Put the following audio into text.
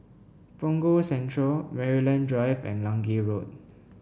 Punggol Central Maryland Drive and Lange Road